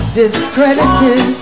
discredited